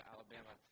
Alabama